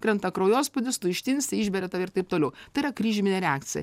krenta kraujospūdis tu ištinsti išberia tave ir taip toliau tai yra kryžminė reakcija